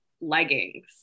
leggings